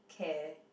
care